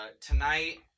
Tonight